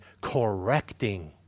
correcting